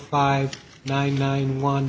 five nine nine one